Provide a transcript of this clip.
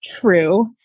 true